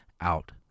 out